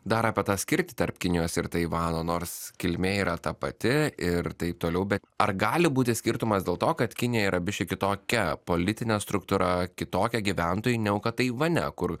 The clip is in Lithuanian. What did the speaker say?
dar apie tą skirtį tarp kinijos ir taivano nors kilmė yra ta pati ir taip toliau bet ar gali būti skirtumas dėl to kad kinija yra biški kitokia politinė struktūra kitokie gyventojai negu kad taivane kur